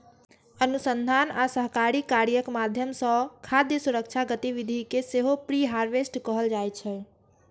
अनुसंधान आ सहकारी कार्यक माध्यम सं खाद्य सुरक्षा गतिविधि कें सेहो प्रीहार्वेस्ट कहल जाइ छै